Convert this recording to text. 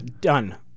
done